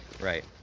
Right